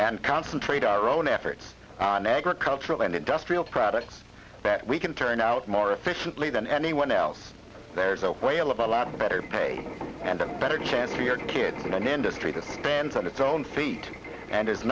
and concentrate our own efforts on agricultural and industrial products that we can turn out more efficiently than anyone else there's a whale of a lot better pay and a better chance for your kids in an industry that's on its own feet and is